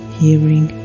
hearing